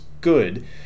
good